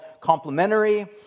complementary